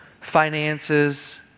finances